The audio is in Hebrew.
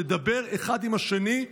לדבר אחד עם השני,